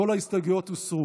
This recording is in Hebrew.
כל ההסתייגויות הוסרו.